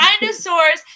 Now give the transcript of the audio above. Dinosaurs